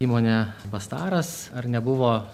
įmonė bastaras ar nebuvo